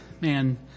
man